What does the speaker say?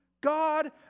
God